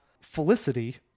Felicity